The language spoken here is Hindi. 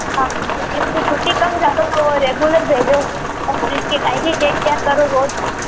आप इसको छुटी कम दिया करो वो रेग्युलर भेजो और इसकी डायरी चेक किया करो रोज